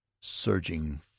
surging